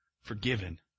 forgiven